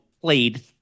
played